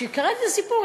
כשקראתי את הסיפור,